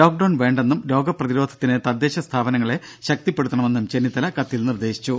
lockdown വേണ്ടെന്നും രോഗപ്രതിരോധത്തിന് തദ്ദേശ സ്ഥാപനങ്ങളെ ശക്തിപ്പെടുത്തണമെന്നും ചെന്നിത്തല കത്തിൽ നിർദ്ദേശിച്ചു